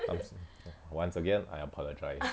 I'm so~ once again I apologise